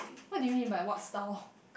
what do you mean by what style